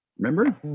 Remember